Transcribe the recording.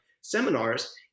seminars